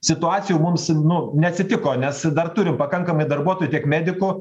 situacijų mums nu neatsitiko nes dar turim pakankamai darbuotojų tiek medikų